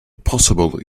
possible